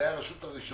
זאת היתה הרשות הראשונה